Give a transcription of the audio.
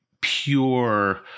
pure